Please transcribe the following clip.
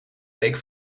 week